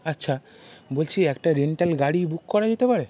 আচ্ছা বলছি একটা রেন্টাল গাড়ি বুক করা যেতে পারে